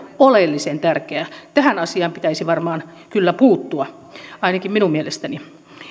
oleellisen tärkeä tähän asiaan pitäisi varmaan kyllä puuttua ainakin minun mielestäni